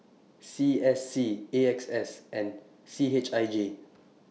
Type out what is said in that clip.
C S C A X S and C H I J